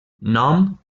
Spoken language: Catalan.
nom